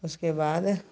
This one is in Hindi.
उसके बाद